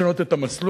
לשנות את המסלול.